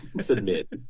submit